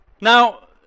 Now